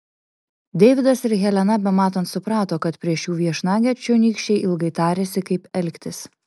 deividas ir helena bematant suprato kad prieš jų viešnagę čionykščiai ilgai tarėsi kaip elgtis